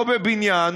או בבניין,